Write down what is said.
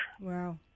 Wow